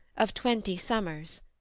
of twenty summers.